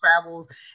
travels